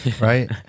Right